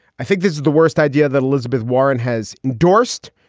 i think this is the worst idea that elizabeth warren has endorsed.